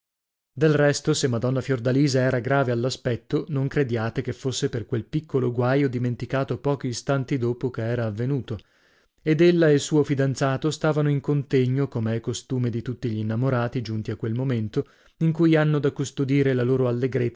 del resto se madonna fiordalisa era grave all'aspetto non crediate che fosse per quel piccolo guaio dimenticato pochi istanti dopo che era avvenuto ed ella e il suo fidanzato stavano in contegno come è costume di tutti gl'innamorati giunti a quel momento in cui hanno da custodire la loro